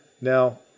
Now